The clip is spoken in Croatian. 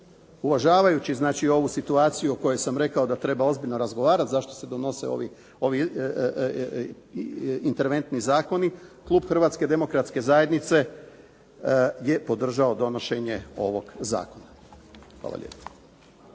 uvažavajući ovu situaciju o kojoj sam rekao da treba ozbiljno razgovarati, zašto se donose ovi interventni zakoni, Klub Hrvatske demokratske zajednice je podržao donošenje ovog zakona. Hvala lijepo.